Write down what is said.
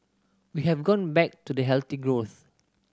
we have gone back to the healthy growth